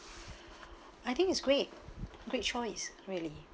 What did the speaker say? I think it's great great choice really